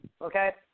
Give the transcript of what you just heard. Okay